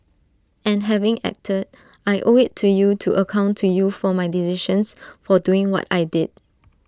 and having acted I owe IT to you to account to you for my decisions for doing what I did